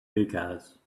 hookahs